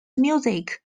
music